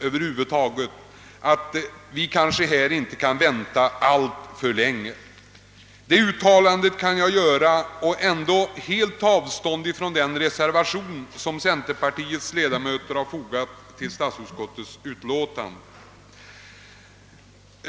Dessa arbeten kan nog inte vänta alltför länge. Det uttalandet kan jag göra och ändå helt ta avstånd från den reservation som centerpartiets ledamöter fogat till statsutskottets utlåtande.